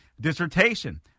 dissertation